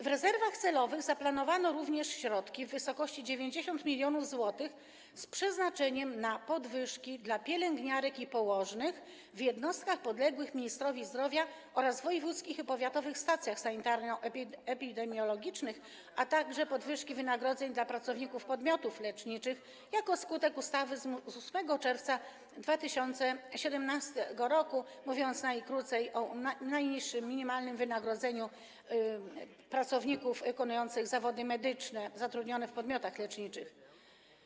W rezerwach celowych zaplanowano również środki w wysokości 90 mln zł z przeznaczeniem na podwyżki dla pielęgniarek i położnych w jednostkach podległych ministrowi zdrowia oraz w wojewódzkich i powiatowych stacjach sanitarno-epidemiologicznych, a także podwyżki wynagrodzeń dla pracowników podmiotów leczniczych jako skutek ustawy z 8 czerwca 2017 r., mówiąc najkrócej, o najniższym minimalnym wynagrodzeniu pracowników wykonujących zawody medyczne zatrudnionych w podmiotach leczniczych.